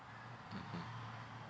mmhmm